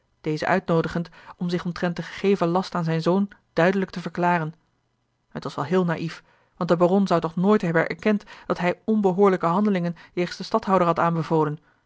dezen uitnoodigend om zich omtrent den gegeven last aan zijn zoon duidelijk te verklaren het was wel heel naïef want de baron zou toch nooit hebben erkend dat hij onbehoorlijke handelingen jegens den stadhouder had aanbevolen